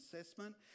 assessment